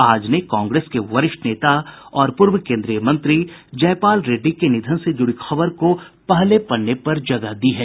आज ने कांग्रेस के वरिष्ठ नेता और पूर्व केन्द्रीय मंत्री जयपाल रेड्डी के निधन से जुड़ी खबर को पहले पन्ने पर जगह दी है